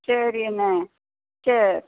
சரி கண்ணு சரி